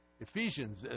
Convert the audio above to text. Ephesians